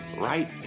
right